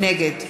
נגד